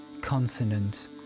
consonant